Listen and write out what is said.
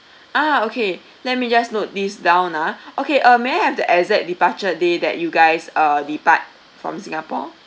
ah okay let me just note this down ah okay uh may I have the exact departure day that you guys uh depart from singapore